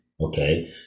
Okay